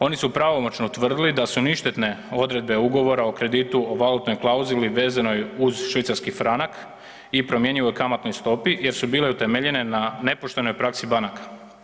Oni su pravomoćno utvrdili da su ništetne odredbe ugovora o kreditu o valutnoj klauzuli vezanoj uz švicarski franak i promjenjivoj kamatnoj stopi jer su bile utemeljene na nepoštenoj praksi banaka.